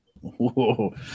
Whoa